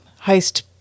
Heist